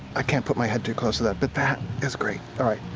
i can't put my head too close to that, but that is great, all right.